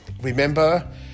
Remember